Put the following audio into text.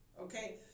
Okay